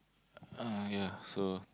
uh yea so